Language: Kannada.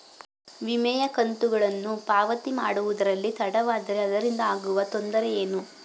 ವಿಮೆಯ ಕಂತುಗಳನ್ನು ಪಾವತಿ ಮಾಡುವುದರಲ್ಲಿ ತಡವಾದರೆ ಅದರಿಂದ ಆಗುವ ತೊಂದರೆ ಏನು?